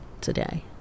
today